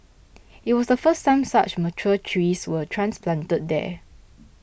it was the first time such mature trees were transplanted there